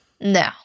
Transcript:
No